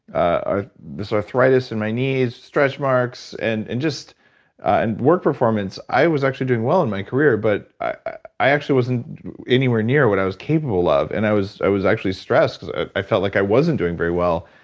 this arthritis in my knees, stretch marks, and and just and work performance. i was actually doing well in my career but i i actually wasn't anywhere near what i was capable of and i was i was actually stressed cause i i felt like i wasn't doing very well.